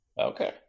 okay